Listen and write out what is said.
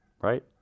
right